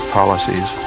policies